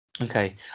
Okay